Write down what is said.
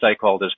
stakeholders